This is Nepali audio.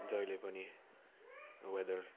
जहिले पनि वेदर